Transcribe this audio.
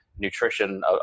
Nutrition